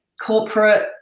corporate